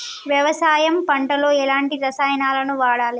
వ్యవసాయం పంట లో ఎలాంటి రసాయనాలను వాడాలి?